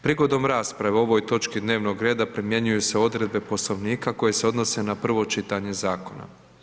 Prigodom rasprave o ovoj točki dnevnog reda, primjenjuju se odredbe poslovnika koje se odnose na prvo čitanje zakona.